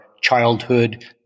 childhood